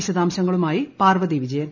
വിശദാംശങ്ങളുമായി പാർവ്വതി വിജയൻ